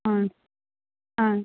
ಹಾಂ ಹಾಂ